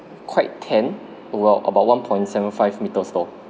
quite tan over~ about one point seven five meters tall